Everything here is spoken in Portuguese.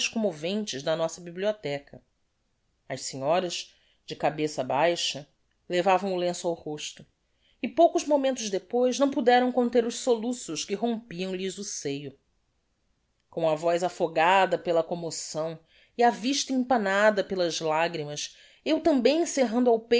commoventes da nossa bibliotheca as senhoras de cabeça baixa levavam o lenço ao rosto e poucos momentos depois não poderam conter os soluços que rompiam lhes o seio com a voz afogada pela commoção e a vista empanada pelas lagrimas eu tambem cerrando ao